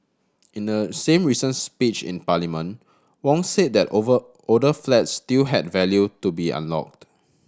in the same recent speech in Parliament Wong said that over older flats still had value to be unlocked